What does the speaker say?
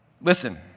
Listen